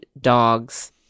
dogs